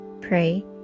pray